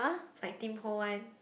like Tim-Ho-Wan